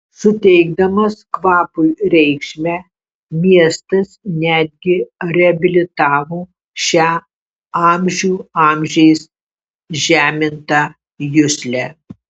suteikdamas kvapui reikšmę miestas netgi reabilitavo šią amžių amžiais žemintą juslę